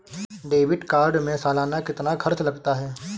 Debit card में सालाना कितना खर्च लगता है?